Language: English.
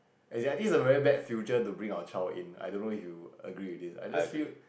as in I think is a very bad future to bring our child in I don't know if you agree with this I just feel